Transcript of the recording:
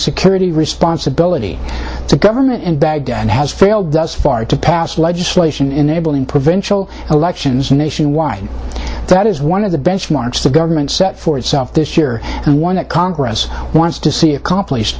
security responsibility to government in baghdad has failed does far to pass legislation enabling provincial elections nationwide that is one of the benchmarks the government set for itself this year and one that congress wants to see accomplished